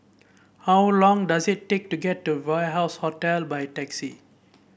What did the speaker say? how long does it take to get to Warehouse Hotel by taxi